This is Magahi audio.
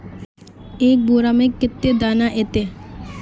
एक बोड़ा में कते दाना ऐते?